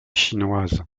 chinoise